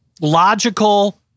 logical